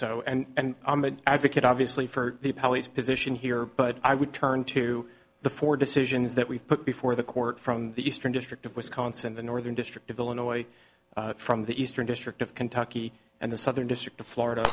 so and i'm an advocate obviously for the pallies position here but i would turn to the four decisions that we put before the court from the eastern district of wisconsin the northern district of illinois from the eastern district of kentucky and the southern district of florida